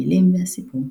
המילים והסיפור.